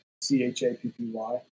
C-H-A-P-P-Y